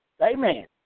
Amen